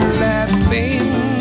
laughing